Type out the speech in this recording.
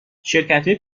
شرکتای